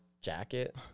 jacket